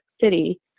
city